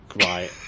right